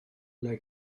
ble